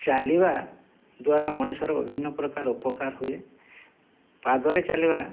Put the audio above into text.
ଚାଲିବା ଦ୍ୱାରା ମଣିଷର ବିଭିନ୍ନ ପ୍ରକାର ଉପକାର ହୁଏ ପାଦରେ ଚାଲିବା